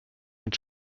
mit